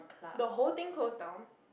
the whole things closed down